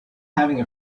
having